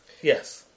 Yes